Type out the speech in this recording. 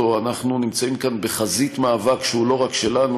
אנחנו נמצאים כאן בחזית מאבק שהוא לא רק שלנו,